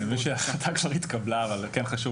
אני מבין שההחלטה כבר נתקבלה אבל כן חשוב